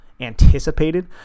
anticipated